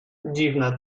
dziwne